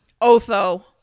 otho